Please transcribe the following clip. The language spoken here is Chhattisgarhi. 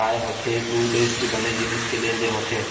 काय होथे दू देस के बने जिनिस के लेन देन होथे